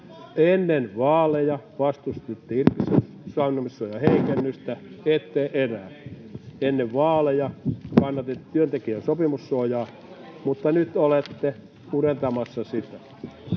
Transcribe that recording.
Ennen vaaleja vastustitte irtisanomissuojan heikennystä, ette enää. Ennen vaaleja kannatitte työntekijän sopimussuojaa, mutta nyt olette murentamassa sitä.